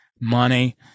money